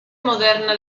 moderna